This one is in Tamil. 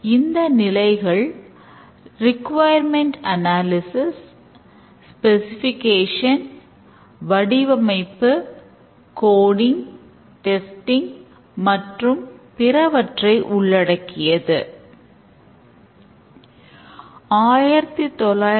அந்த நிலைகள் ரிக்குவாயர்மெண்ட் அனாலிசிஸ் மற்றும் பிறவற்றை உள்ளடக்கியது